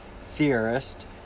theorist